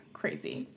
crazy